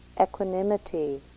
equanimity